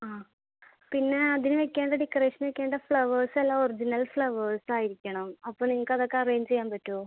ആ പിന്നെ അതിന് വെക്കേണ്ട ഡെക്കറേഷന് വെക്കേണ്ട ഫ്ലവേഴ്സെല്ലാം ഒറിജിനൽ ഫ്ലവേഴ്സായിരിക്കണം അപ്പോൾ നിങ്ങൾക്കതൊക്കെ അറേഞ്ച് ചെയ്യാൻ പറ്റോ